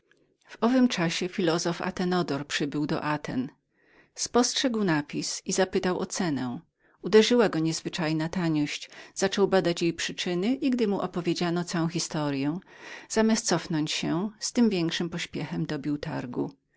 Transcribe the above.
w owym czasie filozof athenagoras przybył do aten spostrzegł napis i zapytał o cenę uderzyła go niezwyczajna taniość zaczął badać jej przyczyny i gdy mu opowiedziano całą historyą zamiast cofnąć się z tym większym pośpiechem dobił targu